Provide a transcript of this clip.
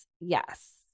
yes